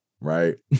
right